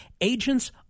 agents